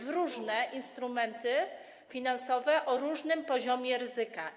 w różne instrumenty finansowe, o różnych poziomach ryzyka.